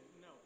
No